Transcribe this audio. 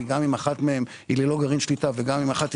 גם אם אחת מהן היא ללא גרעין שליטה וגם אם אחת מהן